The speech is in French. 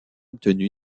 obtenu